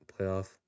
Playoff